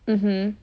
mmhmm